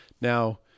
Now